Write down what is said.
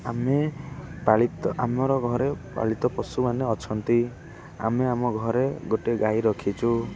ଆମେ ପାଳିତ ଆମର ଘରେ ପାଳିତ ପଶୁମାନେ ଅଛନ୍ତି ଆମେ ଆମ ଘରେ ଗୋଟେ ଗାଈ ରଖିଛୁ